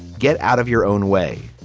get out of your own way.